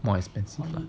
more expensive